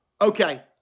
Okay